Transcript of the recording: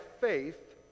faith